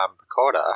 recorder